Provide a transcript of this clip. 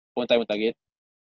one time one target